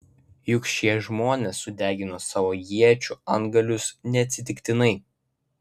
juk šie žmonės sudegino savo iečių antgalius neatsitiktinai